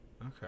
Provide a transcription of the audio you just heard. okay